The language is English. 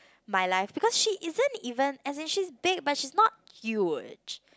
my life because she isn't even as in she is big but she is not huge